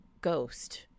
ghost